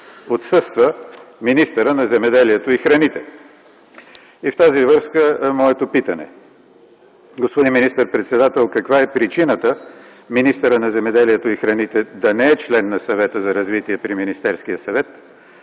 отсъства министърът на земеделието и храните. В тази връзка е и моето питане: господин министър-председател, каква е причината министърът на земеделието и храните да не е член на съвета за развитие при Министерския съвет?